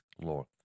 Lord